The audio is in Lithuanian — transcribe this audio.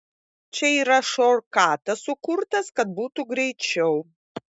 čia yra šortkatas sukurtas kad būtų greičiau